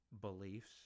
beliefs